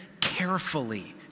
carefully